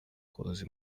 koza